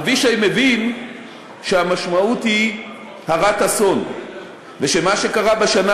אבישי מבין שהמשמעות היא הרת-אסון ושמה שקרה בשנה